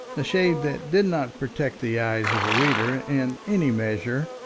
a shade that did not protect the eyes of a reader in any measure,